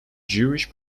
jewish